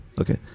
Okay